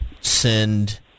send